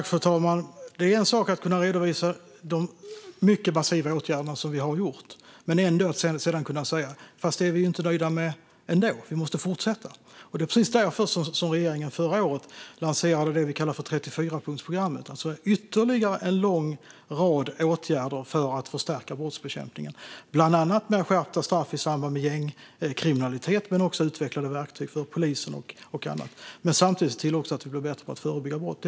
Fru talman! Det är en sak att kunna redovisa de mycket massiva åtgärder som vi har gjort men sedan ändå kunna säga att vi inte är nöjda med det; vi måste fortsätta. Det var precis därför regeringen förra året lanserade det vi kallar 34-punktsprogrammet. Det är ytterligare en lång rad åtgärder för att förstärka brottsbekämpningen. Det innehåller bland annat skärpta straff i samband med gängkriminalitet men även utvecklade verktyg för polisen och annat. Samtidigt ska vi även se till att bli bättre på att förebygga brott.